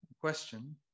question